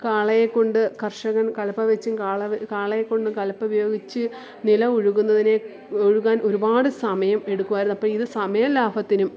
കാളയെ കൊണ്ട് കർഷകൻ കലപ്പ വെച്ചും കാള വെ കാളയെ കൊണ്ട് കലപ്പ ഉപയോഗിച്ച് നിലം ഉഴുകുന്നതിന് ഉഴുകാൻ ഒരുപാട് സമയം എടുക്കുമായിരുന്നു അപ്പോൾ ഇത് സമയലാഭത്തിനും